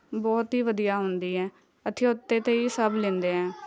ਬਹੁਤ ਹੀ ਵਧੀਆ ਹੁੰਦੀ ਹੈ ਅਸੀਂ ਉੱਤੇ ਤੋਂ ਹੀ ਸਭ ਲੈਂਦੇ ਐਂ